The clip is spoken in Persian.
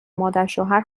مادرشوهر